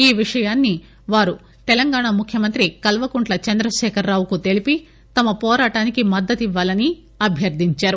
ఈ విషయాన్సి వారు తెలంగాణ ముఖ్యమంత్రి కల్వకుంట్ల చంద్రశేఖర్ రావుకు తెలిపి తమ పోరాటానికి మద్దతు ఇవ్వాలని అభ్వర్గించారు